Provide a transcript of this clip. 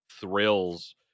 thrills